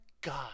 God